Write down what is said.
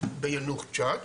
ביאנוח ג'ת.